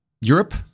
Europe